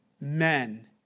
men